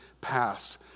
past